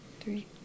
three